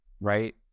right